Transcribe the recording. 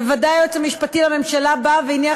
בוודאי היועץ המשפטי לממשלה בא והניח